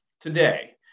today